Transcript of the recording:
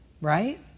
Right